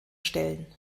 stellen